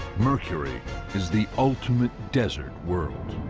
mercury is the ultimate desert world.